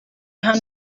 hano